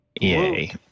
yay